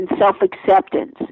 self-acceptance